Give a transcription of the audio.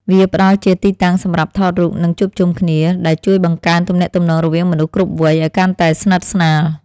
វាផ្ដល់ជាទីតាំងសម្រាប់ថតរូប និងជួបជុំគ្នា ដែលជួយបង្កើនទំនាក់ទំនងរវាងមនុស្សគ្រប់វ័យឱ្យកាន់តែស្និទ្ធស្នាល។